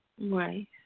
Right